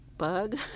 bug